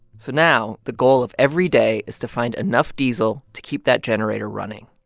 so now the goal of every day is to find enough diesel to keep that generator running,